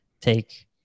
take